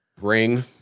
Ring